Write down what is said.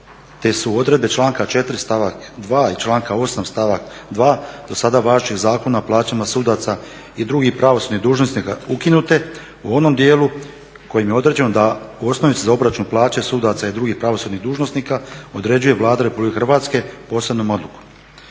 te su odredbe članka 4. stavak 2. i članka 8. stavak 2. do sada važećeg Zakona o plaćama sudaca i drugih pravosudnih dužnosnika ukinute u onom dijelu kojim je određeno da osnovice za obračun plaća sudaca i drugih pravosudnih dužnosnika određuje Vlada Republike Hrvatske posebnom odlukom.